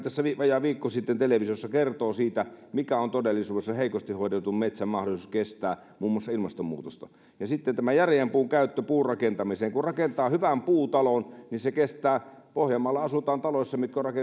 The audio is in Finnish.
vajaa viikko sitten televisiosta kertoo siitä mikä on todellisuudessa heikosti hoidetun metsän mahdollisuus kestää muun muassa ilmastonmuutosta ja sitten järeän puun käyttö puurakentamiseen kun rakentaa hyvän puutalon niin se kestää pohjanmaalla asutaan taloissa mitkä on